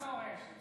בערוץ מורשת,